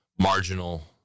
Marginal